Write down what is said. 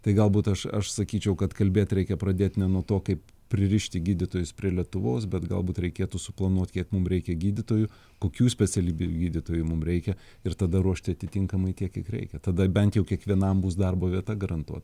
tai galbūt aš aš sakyčiau kad kalbėt reikia pradėt ne nuo to kaip pririšti gydytojus prie lietuvos bet galbūt reikėtų suplanuot kiek mum reikia gydytojų kokių specialybių gydytojų mum reikia ir tada ruošti atitinkamai tiek kiek reikia tada bent jau kiekvienam bus darbo vieta garantuota